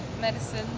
medicine